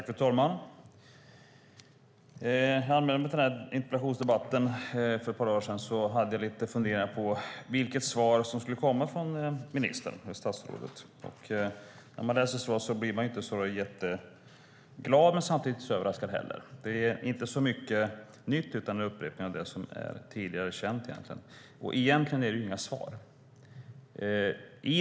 Fru talman! När jag anmälde mig till den här interpellationsdebatten för ett par dagar sedan hade jag lite funderingar på vilket svar som skulle komma från statsrådet. När jag läser svaret blir jag inte så där jätteglad men samtidigt inte heller så överraskad. Det är inte så mycket nytt, utan det är upprepningar av det som tidigare är känt. Och egentligen är det inga svar.